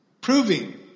proving